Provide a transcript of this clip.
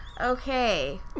Okay